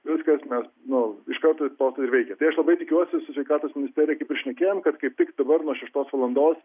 viskas mes nu iš karto ir postas veikia tai aš labai tikiuosi su sveikatos ministerija kaip ir šnekėjom kad kaip tik dabar nuo šeštos valandos